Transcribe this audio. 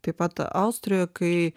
taip pat austrijoje kai